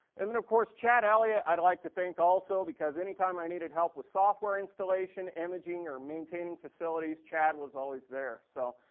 and then of course chad elliot, i'd like to thank also because anytime i needed help with software installation, imaging, or maintaining facilities, chad was always there. so,